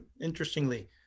interestingly